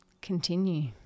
Continue